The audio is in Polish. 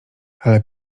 ale